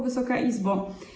Wysoka Izbo!